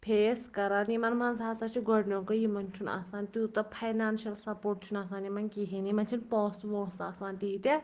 face کَران یِمَن منٛز ہَسا چھُ گۄڈٕنیُکُے یِمَن چھُنہٕ آسان تیوٗتاہ فاینانشَل سَپوٹ چھُنہٕ آسان یِمَن کِہیٖنۍ یِمَن چھِنہٕ پونٛسہٕ وونٛسہٕ آسان تیٖتیٛاہ